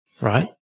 right